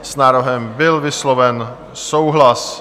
S návrhem byl vysloven souhlas.